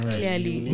Clearly